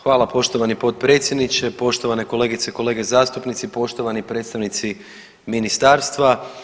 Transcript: Hvala poštovani potpredsjedniče, poštovane kolegice i kolege zastupnici, poštovani predstavnici ministarstva.